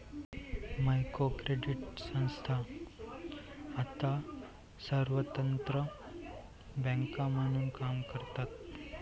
micro credit संस्था आता स्वतंत्र बँका म्हणून काम करतात